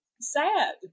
sad